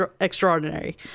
extraordinary